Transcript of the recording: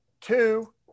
Two